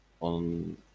on